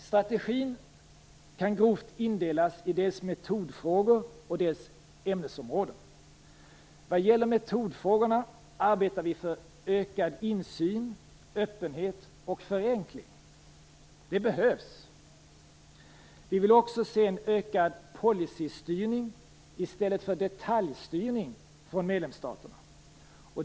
Strategin kan grovt indelas i dels metodfrågor, dels ämnesfrågor. Vad gäller metodfrågorna arbetar vi för ökad insyn, öppenhet och förenkling. Det behövs. Vi vill också se en ökad policystyrning i stället för detaljstyrning från medlemsstaterna.